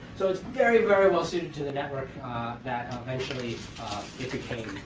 so it's very, very well-suited to the network that um eventually it became.